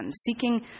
seeking